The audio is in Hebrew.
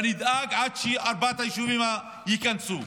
ואני אדאג עד שארבעת היישובים ייכנסו.